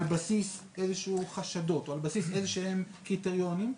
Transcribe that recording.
-- על בסיס חשדות או על בסיס איזשהם קריטריונים,